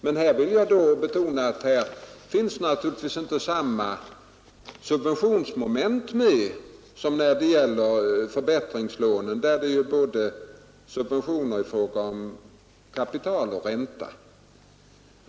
Men jag vill betona att där inte finns samma subventionsmoment som när det gäller förbättringslånen, där subvention utgår för såväl kapital som ränta.